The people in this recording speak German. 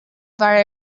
war